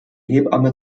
hebamme